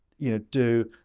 you know, do